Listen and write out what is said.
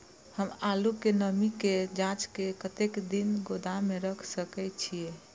हम आलू के नमी के जाँच के कतेक दिन गोदाम में रख सके छीए?